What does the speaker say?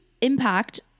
impact